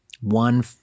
one